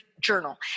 journal